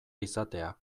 izatea